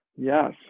yes